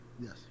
Yes